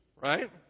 right